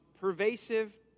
pervasive